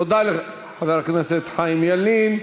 תודה לחבר הכנסת חיים ילין.